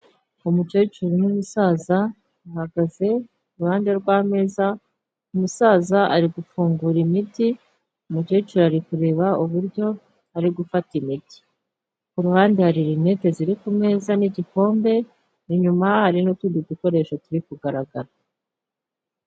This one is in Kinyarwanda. Umukecuru n'umusaza bahagaze iruhande rw'ameza, umusaza ari gufungura imiti, umukecuru ari kureba uburyo ari gufata imiti, ku ruhande hari rinete ziri ku meza n'igikombe, inyuma hari n'utundi dukoresho turi kugaragara.